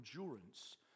endurance